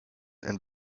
and